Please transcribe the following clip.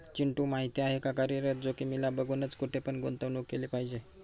चिंटू माहिती आहे का? कार्यरत जोखीमीला बघूनच, कुठे पण गुंतवणूक केली पाहिजे